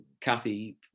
Kathy